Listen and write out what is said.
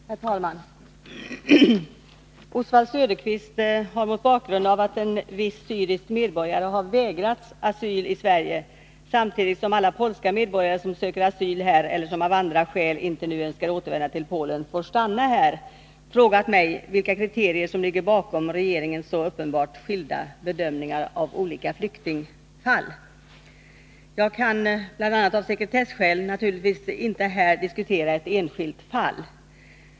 Herr talman! Oswald Söderqvist har mot bakgrund av att en viss syrisk medborgare har vägrats asyl i Sverige, samtidigt som alla polska medborgare som söker asyl här eller som av andra skäl inte nu önskar återvända till Polen får stanna här, frågat mig vilka kriterier som ligger bakom regeringens så uppenbart skilda bedömningar av olika flyktingfall. Jag kan bl.a. av sekretesskäl naturligtvis inte här diskutera ett enskilt fall.